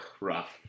rough